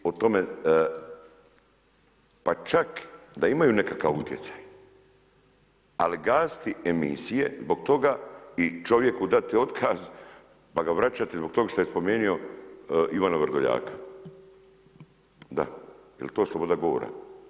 I o tome pa čak da imaju nekakav utjecaj, ali gasiti emisije zbog toga i čovjeku dati otkaz pa ga vraćati zbog toga što je spomenuo Ivana Vrdoljaka, da jel to sloboda govora?